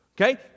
Okay